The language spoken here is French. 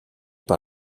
par